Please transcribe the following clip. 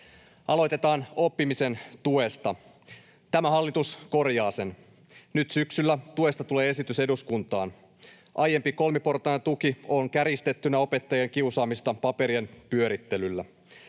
Aloitetaan oppimisen tuesta: Tämä hallitus korjaa sen. Nyt syksyllä tuesta tulee esitys eduskuntaan. Aiempi kolmiportainen tuki on kärjistettynä opettajien kiusaamista paperien pyörittelyllä.